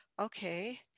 Okay